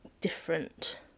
different